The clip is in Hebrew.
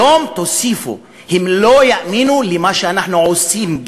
היום תוסיפו: הם לא יאמינו גם למה שאנחנו עושים.